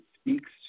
speaks